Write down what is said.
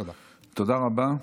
תודה רבה.